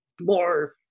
more